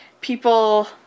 people